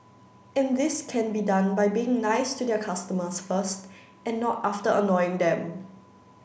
and this can be done by being nice to their customers first and not after annoying them